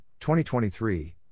2023